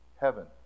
heaven